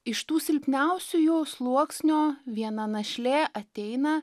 iš tų silpniausiųjų sluoksnio viena našlė ateina